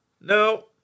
no